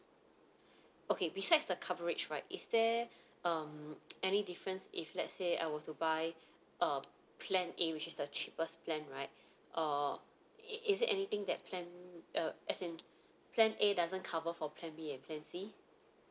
okay besides the coverage right is there um any difference if let's say I were to buy uh plan A which is the cheapest plan right uh is is it anything that plan uh as in plan A doesn't cover for plan B and plan C